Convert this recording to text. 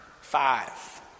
five